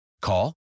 Call